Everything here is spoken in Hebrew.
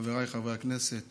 חבריי חברי הכנסת